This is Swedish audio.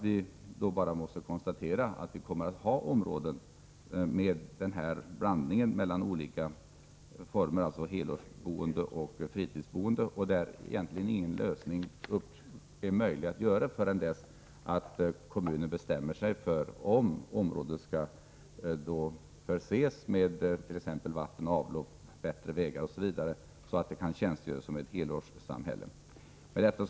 Vi måste emellertid konstatera att vi kommer att ha områden med den här blandningen av helårsboende och fritidsboende, och därför är egentligen ingen lösning möjlig förrän kommunen bestämmer sig för om området skall förses med vatten och avlopp, bättre vägar osv., så att det kan tjänstgöra som ett helårssamhälle. Fru talman!